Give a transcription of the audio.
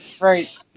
Right